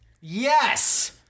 Yes